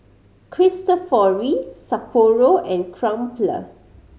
Cristofori Sapporo and Crumpler